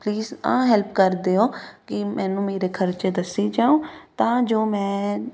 please ਆਹ help ਕਰ ਦਿਓ ਕਿ ਮੈਨੂੰ ਮੇਰੇ ਖਰਚੇ ਦੱਸੀ ਜਾਓ ਤਾਂ ਜੋ ਮੈਂ